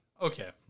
Okay